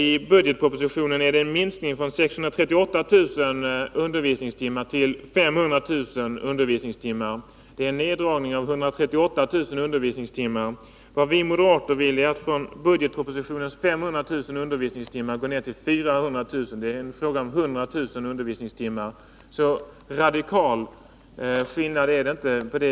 I budgetpropositionen görs en minskning från 638 000 undervisningstimmar till 500 000 undervisningstimmar. Det är en neddragning med 138 000 undervisningstimmar. Vad vi moderater vill är att från budgetpropositionens 500 000 undervisningstimmar gå ned till 400 000. Det är alltså fråga om 100 000 undervisningstimmar. Någon radikal skillnad är det inte.